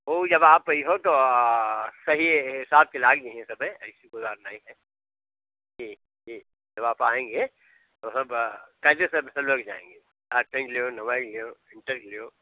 उ जब आप अइहो तो सही हिसाब के लाग जहियें तब ऐसी कोई बात नहीं है जी जी जब आप आएंगे तो सब क़ायदे से सब लग जाएंगे आठवीं लो नवी लो इंटर के लो